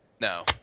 no